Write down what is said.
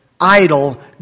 idle